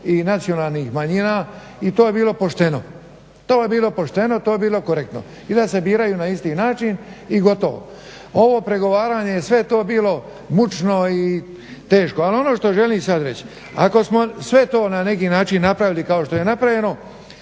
i nacionalnih manjina i to bi bilo pošteno. To bi bilo pošteno, to bi bilo korektno. I da se biraju na isti način i gotovo. Ovo pregovaranje, sve je to bilo mučno i teško. Ali ono što želim sad reći ako smo sve to na neki način napravili kao što je napravljeno